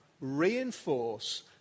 reinforce